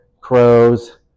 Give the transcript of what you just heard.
crows